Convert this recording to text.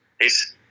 Peace